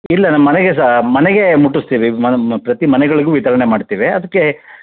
ಇಲ್ಲ ನಮ್ಮ ಮನೆಗೆ ಸಹ ಮನೆಗೆ ಮುಟ್ಟಿಸ್ತೀವಿ ಪ್ರತಿ ಮನೆಗಳಿಗೂ ವಿತರಣೆ ಮಾಡ್ತೀವೆ ಅದಕ್ಕೆ